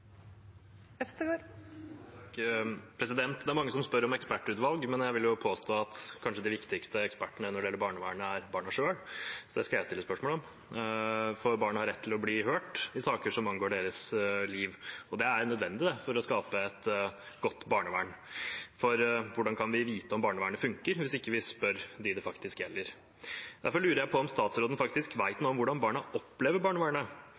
president, så vi får nyte det. Det er mange som spør om ekspertutvalg, men jeg vil jo påstå at de viktigste ekspertene når det gjelder barnevern, er barna selv. Det skal jeg stille spørsmål om. Barna har rett til å bli hørt i saker som angår deres liv. Det er nødvendig for å skape et godt barnevern. Hvordan kan vi vite om barnevernet fungerer hvis vi ikke spør dem det faktisk gjelder? Derfor lurer jeg på om statsråden faktisk vet noe om hvordan barna opplever barnevernet.